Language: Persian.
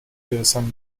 برسم